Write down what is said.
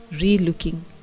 re-looking